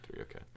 okay